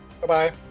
Bye-bye